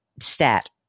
stat